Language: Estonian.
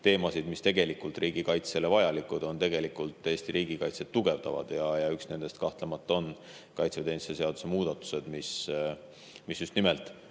teemasid, mis tegelikult riigikaitsele vajalikud on ja Eesti riigikaitset tugevdavad. Üks nendest on kahtlemata kaitseväeteenistuse seaduse muudatused, mis just nimelt